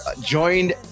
joined